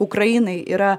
ukrainai yra